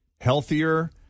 healthier